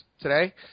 today